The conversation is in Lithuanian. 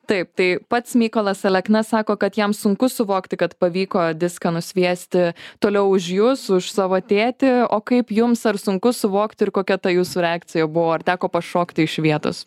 taip tai pats mykolas alekna sako kad jam sunku suvokti kad pavyko diską nusviesti toliau už jus už savo tėtį o kaip jums ar sunku suvokti ir kokia ta jūsų reakcija buvo ar teko pašokti iš vietos